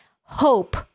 hope